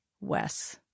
Wes